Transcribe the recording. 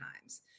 times